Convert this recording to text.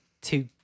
two